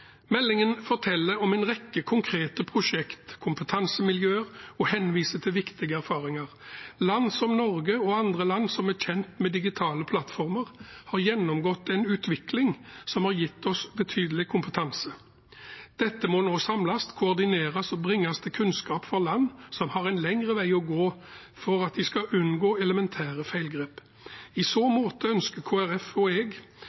Meldingen forteller om en rekke konkrete prosjekter og kompetansemiljøer og henviser til viktige erfaringer. Land som Norge og andre land som er kjent med digitale plattformer, har gjennomgått en utvikling som har gitt oss betydelig kompetanse. Dette må nå samles, koordineres og bringes til kunnskap for land som har en lengre vei å gå for at de skal unngå elementære feilgrep. I så måte ønsker Kristelig Folkeparti og jeg